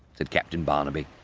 said captain barnaby,